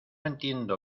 entiendo